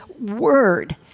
word